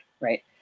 right